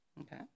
Okay